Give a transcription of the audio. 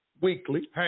weekly